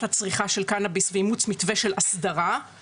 הצריכה של קנאביס ואימוץ מתווה של הסדרה...",